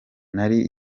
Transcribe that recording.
nari